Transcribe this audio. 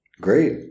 Great